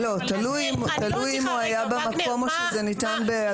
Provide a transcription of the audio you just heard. זה תלוי אם הוא היה במקום או שזה ניתן בהיעדרו.